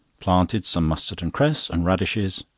planted some mustard-and-cress and radishes,